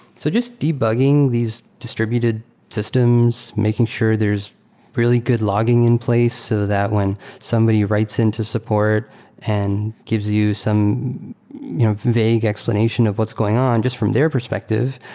so just debugging these distributed systems, making sure there is really good logging in place so that when somebody writes into support and gives you some vague explanation of what's going on just from their perspective,